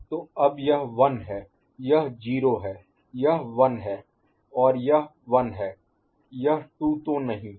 तो अब यह 1 है यह 0 है यह 1 है और यह 1 है यह 2 तो नहीं